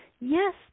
Yes